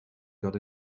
got